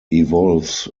evolves